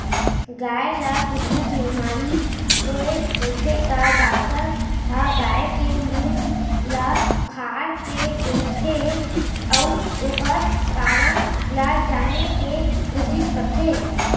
गाय ल कुछु बेमारी होय रहिथे त डॉक्टर ह गाय के मुंह ल फार के देखथें अउ ओकर कारन ल जाने के कोसिस करथे